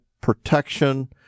protection